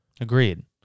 Agreed